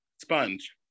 Sponge